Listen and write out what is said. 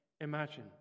imagine